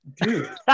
Dude